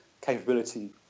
capability